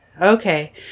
Okay